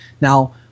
Now